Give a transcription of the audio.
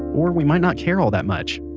or we might not care all that much.